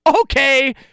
Okay